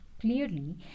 Clearly